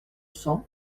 cents